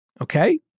Okay